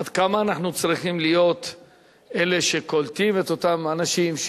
עד כמה אנחנו צריכים להיות אלה שקולטים את אותם אנשים,